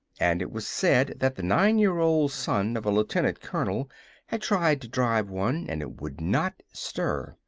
and it was said that the nine-year-old son of a lieutenant-colonel had tried to drive one and it would not stir.